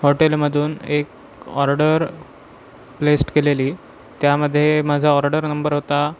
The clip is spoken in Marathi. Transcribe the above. हॉटेलमधून एक ऑर्डर प्लेस्ट केलेली त्यामध्ये माझा ऑर्डर नंबर होता